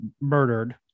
murdered